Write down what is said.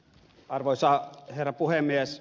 arvoisa herra puhemies